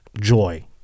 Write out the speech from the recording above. joy